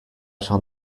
shall